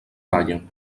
ballen